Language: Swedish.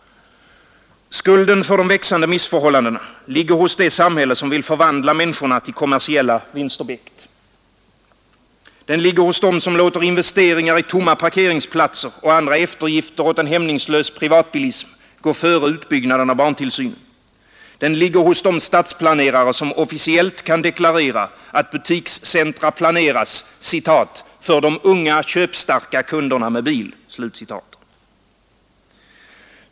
Skulden för de växande missförhållandena ligger hos det samhälle som vill förvandla människorna till kommersiella vinstobjekt. Den ligger hos dem som låter investeringar i tomma parkeringsplatser och andra eftergifter åt en hämningslös privatbilism gå före utbyggnaden av barntillsynen. Den ligger hos de stadsplanerare, som officiellt kan deklarera, att butikscentra planeras ”för de unga köpstarka kunderna med bil”.